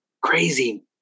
Crazy